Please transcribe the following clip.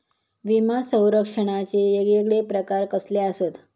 विमा सौरक्षणाचे येगयेगळे प्रकार कसले आसत?